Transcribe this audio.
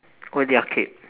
oh the arcade